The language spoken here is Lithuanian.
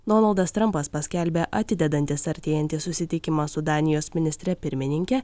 donaldas trampas paskelbė atidedantis artėjantį susitikimą su danijos ministre pirmininke